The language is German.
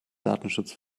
datenschutz